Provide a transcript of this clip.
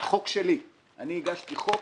חוק שלי, אני הגשתי חוק